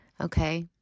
okay